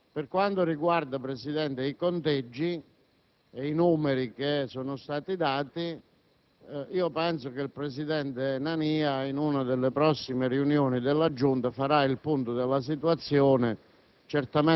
Per quanto riguarda i conteggi e i numeri che sono stati dati, penso che il presidente Nania in una delle prossime riunioni della Giunta farà il punto della situazione,